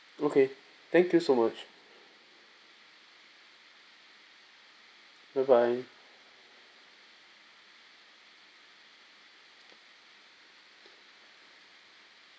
okay thank you so much bye bye